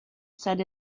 set